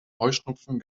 heuschnupfen